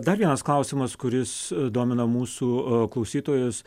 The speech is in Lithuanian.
dar vienas klausimas kuris domina mūsų klausytojus